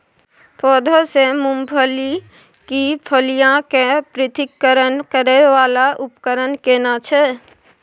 पौधों से मूंगफली की फलियां के पृथक्करण करय वाला उपकरण केना छै?